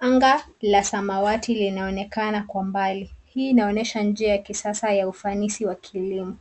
Anga la samawati linaonekana kwa mbali. Hii inaonesha njia ya kisasa ya ufanisi wa kilimo.